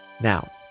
Now